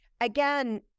Again